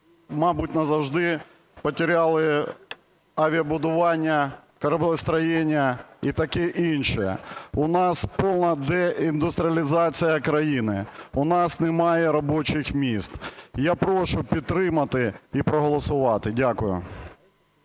мабуть, назавжди потеряли авіабудування, суднобудування і таке інше. У нас повна деіндустріалізація країни, у нас немає робочих місць. Я прошу підтримати і проголосувати. Дякую.